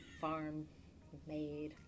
farm-made